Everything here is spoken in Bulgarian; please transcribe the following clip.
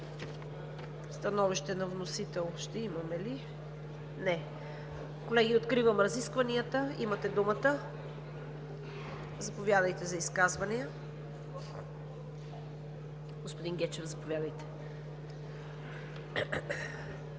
Становище на вносител ще имаме ли? Не. Колеги, откривам разискванията. Имате думата. Заповядайте за изказвания. Господин Гечев, заповядайте.